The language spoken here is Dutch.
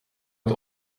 met